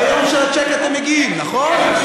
ביום של הצ'ק אתם מגיעים, נכון?